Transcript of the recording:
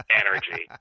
energy